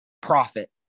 Profit